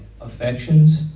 affections